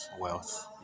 wealth